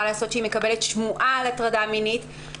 לעשות כשהיא שומעת שמועה על הטרדה מינית.